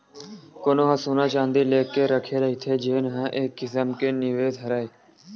कोनो ह सोना चाँदी लेके रखे रहिथे जेन ह एक किसम के निवेस हरय